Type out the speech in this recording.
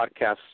Podcasts